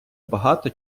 багато